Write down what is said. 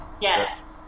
Yes